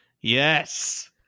Yes